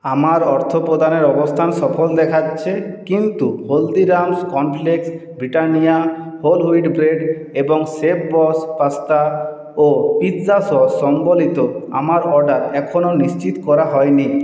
আমার অর্থপ্রদানের অবস্থান সফল দেখাচ্ছে কিন্তু Haldiram's cornflakes Britannia whole wheat bread এবং শেফবস পাস্তা ও পিৎজা সস সম্বলিত আমার অর্ডার এখনও নিশ্চিত করা হয়নি